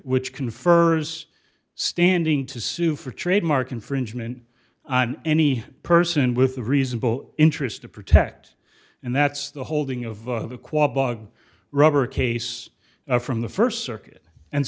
which confers standing to sue for trademark infringement on any person with a reasonable interest to protect and that's the holding of the quad bug rubber case from the first circuit and